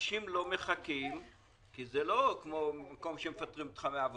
האנשים לא מחכים כי זה לא כמו מקום שמפטרים אותך מן העבודה.